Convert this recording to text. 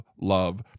love